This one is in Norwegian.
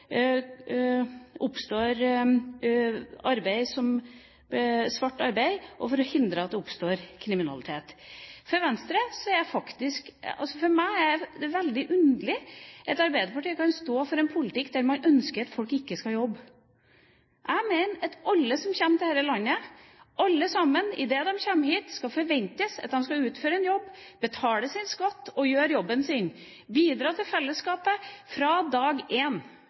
oppstår svart arbeid, og for å hindre at det oppstår kriminalitet. For meg er det veldig underlig at Arbeiderpartiet kan stå for en politikk der man ønsker at folk ikke skal jobbe. Jeg mener at av alle, alle sammen, som kommer til dette landet, skal det, idet de kommer hit, forventes at de skal utføre en jobb, betale sin skatt og gjøre jobben sin, bidra til fellesskapet fra dag